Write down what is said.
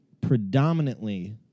predominantly